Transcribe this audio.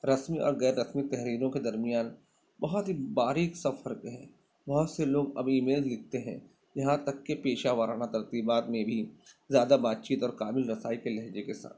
رسمی اور غیر رسمی تحریروں کے درمیان بہت ہی باریک سفر پہ ہے بہت سے لوگ ابھی ای میل لکھتے ہیں یہاں تک کہ پیشہ وارنہ ترتیبات میں بھی زیادہ بات چیت اور قابل رسائی کے لہجے کے ساتھ